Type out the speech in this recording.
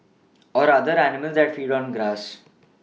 or other animals that feed on grass